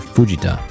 Fujita